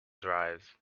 drives